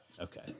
Okay